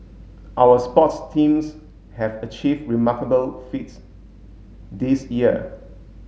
our sports teams have achieved remarkable feats this year